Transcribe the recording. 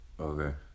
okay